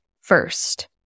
first